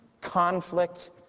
conflict